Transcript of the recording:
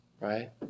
Right